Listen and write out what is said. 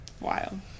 wild